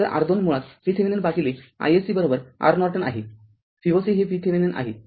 तर R२ मुळात VThevenin भागिले iSC R Norton आहे Voc हे VThevenin आहे